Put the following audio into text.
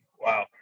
wow